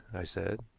i said.